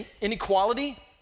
inequality